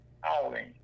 howling